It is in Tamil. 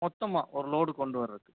மொத்தமாக ஒரு லோடு கொண்டு வர்றது